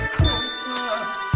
Christmas